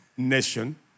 Nation